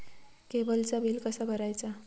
केबलचा बिल कसा भरायचा?